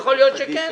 יכול להיות שכן.